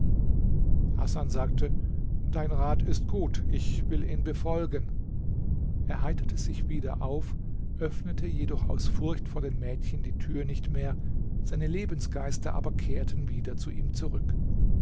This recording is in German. hasan sagte dein rat ist gut ich will ihn befolgen er heiterte sich wieder auf öffnete jedoch aus furcht vor den mädchen die tür nicht mehr seine lebensgeister aber kehrten wieder zu ihm zurück